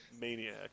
maniac